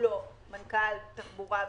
ככל האפשר,